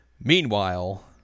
meanwhile